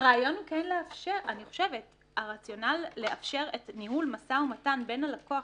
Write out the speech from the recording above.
הרציונל, לאפשר את ניהול משא ומתן בין הלקוח